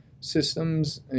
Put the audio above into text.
systems